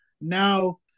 now